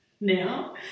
Now